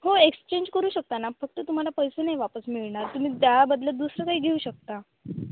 हो एक्सचेंज करू शकता ना फक्त तुम्हाला पैसे नाही वापस मिळणार तुम्ही त्याबदल्यात दुसरं काही घेऊ शकता